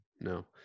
no